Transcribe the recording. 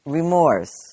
remorse